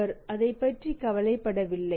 அவர் அதைப்பற்றி கவலைப்படவில்லை